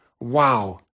wow